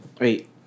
Wait